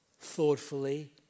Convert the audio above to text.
thoughtfully